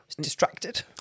distracted